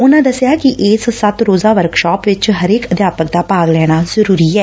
ਉਨਾਂ ਦੱਸਿਆ ਕਿ ਇਸ ਸੱਤ ਰੋਜਾ ਵਰਕਸ਼ਾਪ ਵਿੱਚ ਹਰੇਕ ਅਧਿਆਪਕ ਦਾ ਭਾਗ ਲੈਣਾ ਜ਼ਰੁਰੀ ਏ